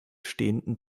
stehenden